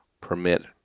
permit